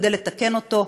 כדי לתקן אותו,